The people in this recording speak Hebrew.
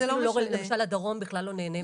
ולמשל הדרום בכלל לא נהנה מזה.